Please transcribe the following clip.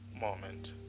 moment